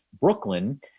Brooklyn